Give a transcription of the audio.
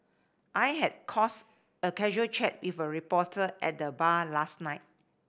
I had cause a casual chat with a reporter at the bar last night